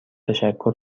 تشکر